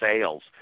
sales